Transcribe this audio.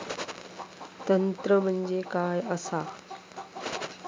तंत्र म्हणजे काय असा?